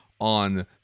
on